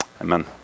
Amen